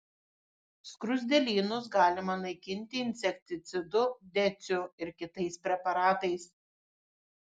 skruzdėlynus galima naikinti insekticidu deciu ir kitais preparatais